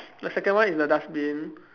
the second one is the dustbin